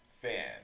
fan